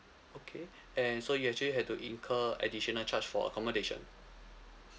okay and so you actually have to incur additional charge for accommodation